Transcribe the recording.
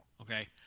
Okay